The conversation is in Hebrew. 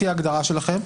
לפי ההגדרה שלכם.